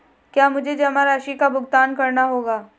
क्या मुझे जमा राशि का भुगतान करना होगा?